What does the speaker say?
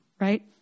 right